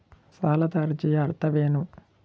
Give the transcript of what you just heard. ಸಾಲದ ಅರ್ಜಿಯ ಅರ್ಥವೇನು?